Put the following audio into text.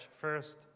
first